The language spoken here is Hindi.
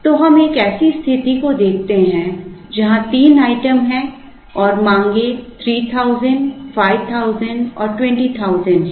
तो हम एक ऐसी स्थिति को देखते हैं जहां 3 आइटम हैं और मांगें 3000 5000 और 20000 हैं